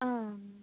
ஆ